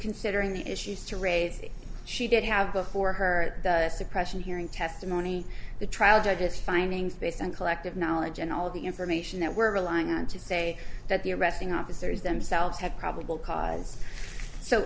considering the issues to raise she did have before her suppression hearing testimony the trial judge's findings based on collective knowledge and all of the information that we're relying on to say that the arresting officers themselves had probable cause so